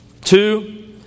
Two